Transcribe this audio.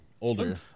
older